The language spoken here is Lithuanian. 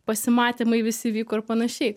pasimatymai visi vyko ir panašiai